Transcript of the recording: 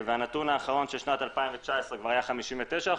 הנתון האחרון של שנת 2019 כבר היה 59%